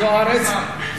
לזוארץ,